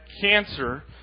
cancer